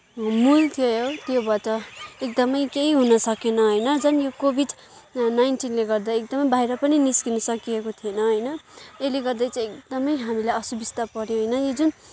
मूल थियो त्योबाट एकदमै केही हुन सकेन होइन झन् यो कोभिड नाइन्टिनले गर्दा एकदमै बाहिर पनि निस्किन सकिएको थिएन होइन यसले गर्दा चाहिँ एकदमै हामीलाई असुबिस्ता पऱ्यो होइन यो जुन